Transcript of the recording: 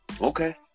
Okay